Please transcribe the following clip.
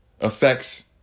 affects